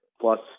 plus